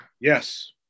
Yes